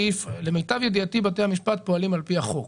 למיטב ידיעתי, בתי המשפט פועלים על פי החוק.